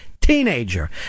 Teenager